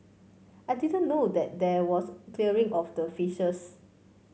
I didn't know that there was clearing of the fishes